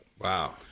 Wow